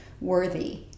worthy